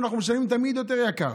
אנחנו משלמים תמיד יותר יקר.